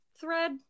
thread